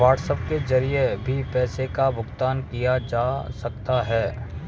WhatsApp के जरिए भी पैसों का भुगतान किया जा सकता है